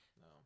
No